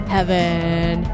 Heaven